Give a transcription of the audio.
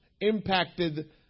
impacted